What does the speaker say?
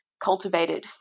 cultivated